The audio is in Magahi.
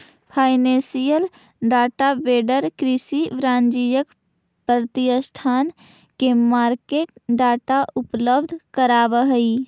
फाइनेंसियल डाटा वेंडर किसी वाणिज्यिक प्रतिष्ठान के मार्केट डाटा उपलब्ध करावऽ हइ